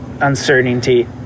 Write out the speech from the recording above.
uncertainty